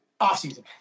offseason